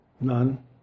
None